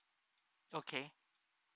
okay